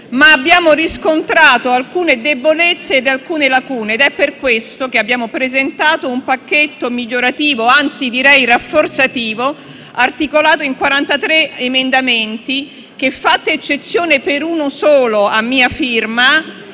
abbiamo riscontrato alcune debolezze e lacune ed è per questo che abbiamo presentato un pacchetto migliorativo, anzi rafforzativo, articolato in 43 emendamenti che, fatta eccezione per uno solo a mia firma,